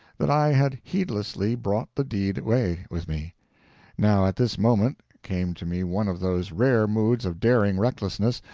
that i had heedlessly brought the deed away with me now at this moment came to me one of those rare moods of daring recklessness,